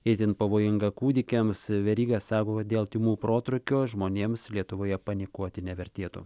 itin pavojinga kūdikiams veryga sako dėl tymų protrūkio žmonėms lietuvoje panikuoti nevertėtų